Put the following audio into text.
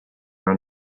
are